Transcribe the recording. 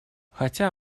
хотя